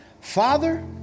Father